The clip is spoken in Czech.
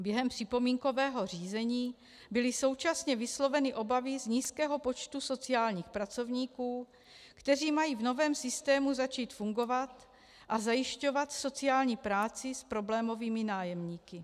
Během připomínkového řízení byly současně vysloveny obavy z nízkého počtu sociálních pracovníků, kteří mají v novém systému začít fungovat a zajišťovat sociální práci s problémovými nájemníky.